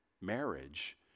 marriage